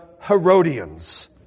Herodians